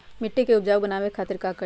मिट्टी के उपजाऊ बनावे खातिर का करी?